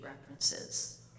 references